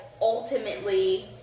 ultimately